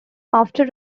after